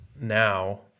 now